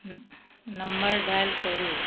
number dial करू